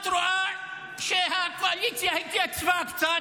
את רואה שהקואליציה התייצבה קצת,